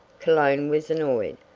cologne was annoyed.